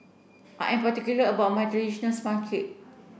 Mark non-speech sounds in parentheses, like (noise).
I am particular about my traditional sponge (unintelligible)